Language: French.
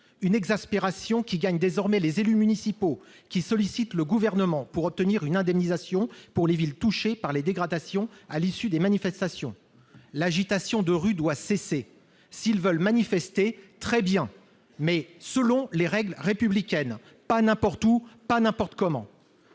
Cette exaspération gagne désormais les élus municipaux, qui sollicitent le Gouvernement auquel ils demandent une indemnisation pour les villes touchées par les dégradations à l'issue des manifestations. L'agitation de rue doit cesser ! S'ils veulent manifester, très bien, mais selon les règles républicaines : pas n'importe où, pas n'importe comment